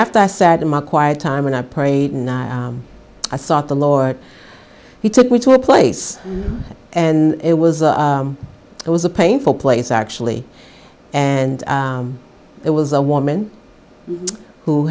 after i sat in my quiet time and i prayed and i thought the lord he took me to a place and it was it was a painful place actually and there was a woman who